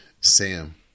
Sam